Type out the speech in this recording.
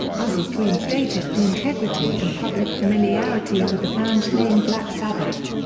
ozzfest reinstated the integrity and public familiarity with the band name black sabbath.